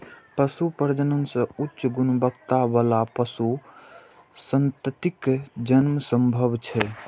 पशु प्रजनन सं उच्च गुणवत्ता बला पशु संततिक जन्म संभव छै